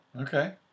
Okay